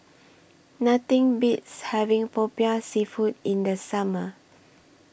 Nothing Beats having Popiah Seafood in The Summer